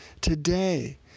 Today